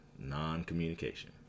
Non-communication